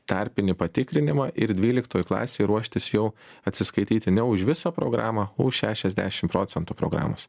tarpinį patikrinimą ir dvyliktoj klasėj ruoštis jau atsiskaityti ne už visą programą o už šešiasdešim procentų programos